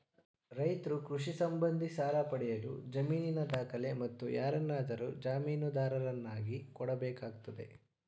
ರೈತ್ರು ಕೃಷಿ ಸಂಬಂಧಿ ಸಾಲ ಪಡೆಯಲು ಜಮೀನಿನ ದಾಖಲೆ, ಮತ್ತು ಯಾರನ್ನಾದರೂ ಜಾಮೀನುದಾರರನ್ನಾಗಿ ಕೊಡಬೇಕಾಗ್ತದೆ